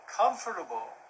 comfortable